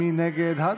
מי נגד?